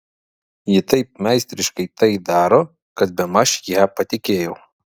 ji taip meistriškai tai daro kad bemaž ja patikėjau